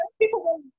people